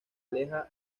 aleja